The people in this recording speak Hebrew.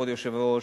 כבוד היושב-ראש,